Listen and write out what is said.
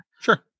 Sure